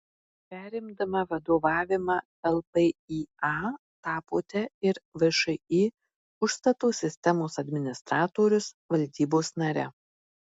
perimdama vadovavimą lpįa tapote ir všį užstato sistemos administratorius valdybos nare